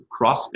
CrossFit